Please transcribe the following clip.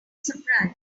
surprised